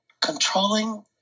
controlling